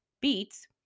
beets